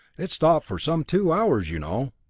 it stopped for some two hours, you know.